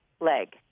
leg